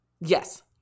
Yes